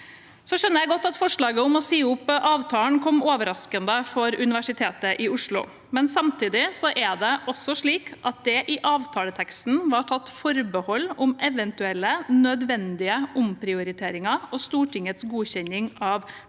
Jeg skjønner godt at forslaget om å si opp avtalen kom overraskende for Universitetet i Oslo, men samtidig er det slik at det i avtaleteksten var tatt forbehold om eventuelle nødvendige omprioriteringer og Stortingets godkjenning av budsjettvedtak.